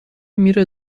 میره